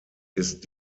ist